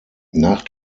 nach